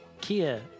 Kia